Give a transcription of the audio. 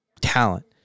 talent